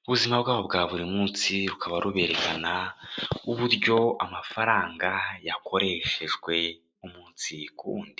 mu buzima bwabo bwa buri munsi, rukaba rwerekana uburyo amafaranga yakoreshejwe umunsi ku wundi.